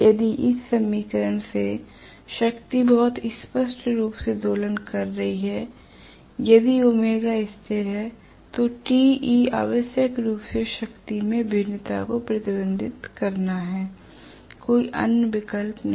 यदि इस समीकरण से शक्ति बहुत स्पष्ट रूप से दोलन कर रही है यदि ओमेगा Omega ω स्थिर है तो Te आवश्यक रूप से शक्ति में भिन्नता को प्रतिबिंबित करना है कोई अन्य विकल्प नहीं है